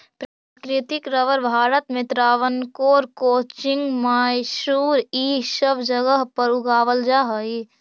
प्राकृतिक रबर भारत में त्रावणकोर, कोचीन, मैसूर इ सब जगह पर उगावल जा हई